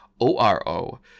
O-R-O